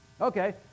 Okay